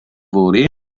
fory